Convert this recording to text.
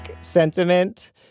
sentiment